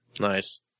Nice